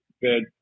good